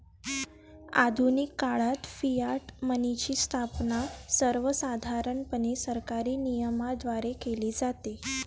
आधुनिक काळात फियाट मनीची स्थापना सर्वसाधारणपणे सरकारी नियमनाद्वारे केली जाते